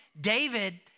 David